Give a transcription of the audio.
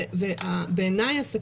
כן.